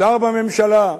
שר בממשלה,